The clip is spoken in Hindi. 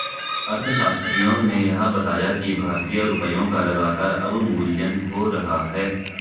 अर्थशास्त्रियों ने यह बताया कि भारतीय रुपयों का लगातार अवमूल्यन हो रहा है